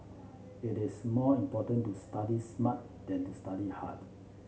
it is more important to study smart than to study hard